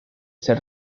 ser